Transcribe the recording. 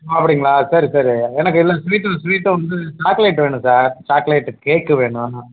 அப்படிங்களா சரி சரி எனக்கு இதில் ஸ்வீட்டு ஸ்வீட்டு வந்து சாக்லேட் வேணும் சார் சாக்லேட்டு கேக்கு வேணும்